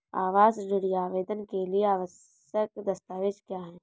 आवास ऋण आवेदन के लिए आवश्यक दस्तावेज़ क्या हैं?